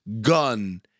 gun